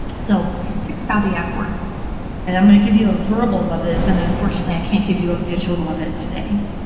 so probably app works and i'm going to give you a verbal of this and unfortunately i can't give you a visual of it today.